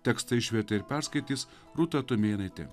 tekstą išvertė ir perskaitys rūta tumėnaitė